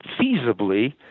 feasibly